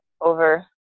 over